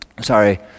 sorry